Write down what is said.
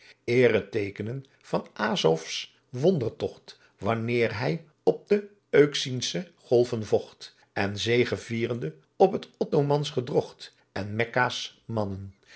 zegevanen eerteekenen van azofs wondertogt wanneer hij op de euxynsche golven vocht en zegevierde op